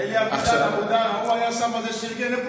אלי אבידר אבודרה, הוא היה שם זה שארגן.